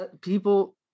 people